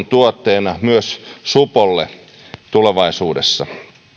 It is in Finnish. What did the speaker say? tuottajana myös supolle tulevaisuudessa